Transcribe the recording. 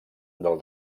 del